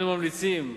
אנו ממליצים,